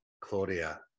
Claudia